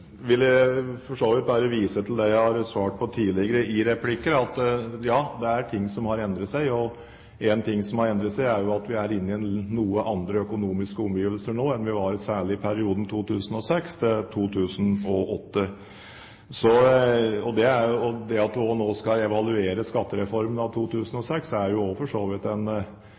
vidt bare vise til det jeg har svart i tidligere replikker, at det er ting som har endret seg, og én ting som har endret seg, er at vi er inne i noen andre økonomiske omgivelser nå enn det vi var i, særlig i perioden 2006–2008. Det at vi nå også skal evaluere skattereformen fra 2006, er for så vidt også en imøtekommelse av det Flåtten tar opp, nemlig at det kan være ting som har endret seg siden 2006, og som gjør at en